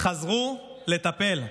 חזרו לטפל,